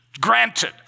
Granted